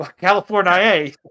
California